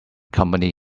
company